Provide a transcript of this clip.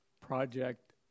project